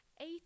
eight